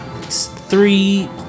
Three